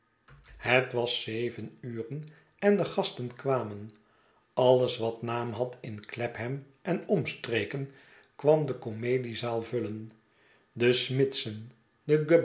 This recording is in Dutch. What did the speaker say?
het was zeven uren en de gasten kwamen alles wat naam had in glapham en omstreken kwam de comediezaal vullen de smitsen de